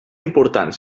importants